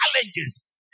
challenges